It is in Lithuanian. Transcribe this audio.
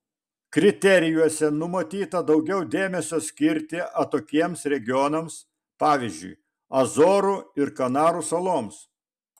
kriterijuose numatyta daugiau dėmesio skirti atokiems regionams pavyzdžiui azorų ir kanarų saloms